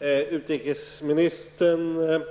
Herr talman! Utrikesministern